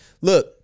look